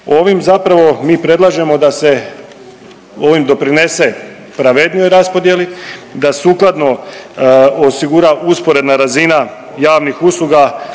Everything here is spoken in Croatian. Ovim zapravo mi predlažemo da se ovim doprinese pravednijoj raspodjeli, da sukladno osigura usporedna razina javnih usluga